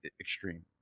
extreme